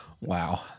wow